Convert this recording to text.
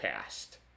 past